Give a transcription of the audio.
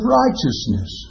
righteousness